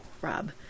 Rob